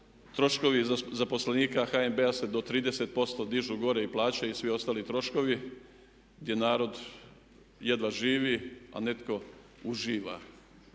troškovi zaposlenika HNB-a se do 30% dižu gore i plaćaju svi ostali troškovi, gdje narod jedva živi, a netko uživa.